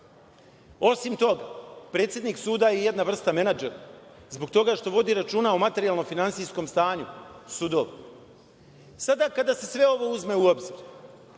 toga, predsednik suda je jedna vrsta menadžera, zbog toga što vodi računa o materijalno-finansijskom stanju sudova. Sada, kada se sve ovo uzme i obzir,